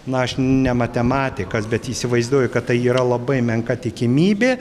na aš ne matematikas bet įsivaizduoju kad tai yra labai menka tikimybė